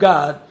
God